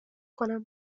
کنم